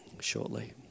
Shortly